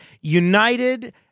United